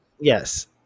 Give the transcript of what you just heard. Yes